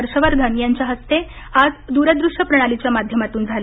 हर्षवर्धन यांच्या हस्ते आज दूरदृष्य प्रणालीच्या माधमातून झालं